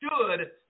stood